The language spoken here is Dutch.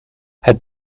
het